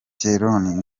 keron